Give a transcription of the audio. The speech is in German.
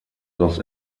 los